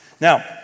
Now